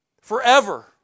forever